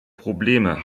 probleme